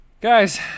Guys